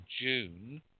June